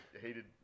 hated